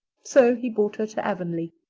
so he brought her to avonlea.